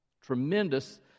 Tremendous